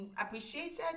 appreciated